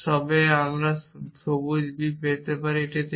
তবে আমি সবুজ b পেতে পারি এটি থেকে